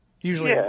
usually